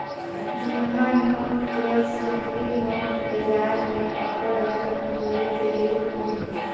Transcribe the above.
जुनहा नोट कस नकली नोट बजार में अब्बड़ अकन होए गइन अहें